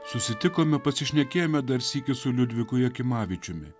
susitikome pasišnekėjome dar sykį su liudviku jakimavičiumi